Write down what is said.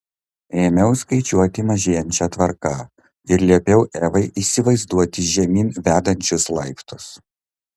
ėmiau skaičiuoti mažėjančia tvarka ir liepiau evai įsivaizduoti žemyn vedančius laiptus